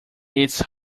its